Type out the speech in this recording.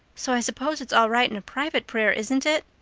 so i suppose it's all right in private prayer, isn't it?